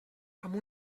amb